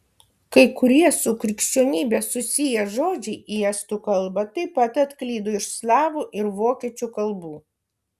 kai kurie su krikščionybe susiję žodžiai į estų kalbą taip pat atklydo iš slavų ir vokiečių kalbų